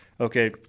Okay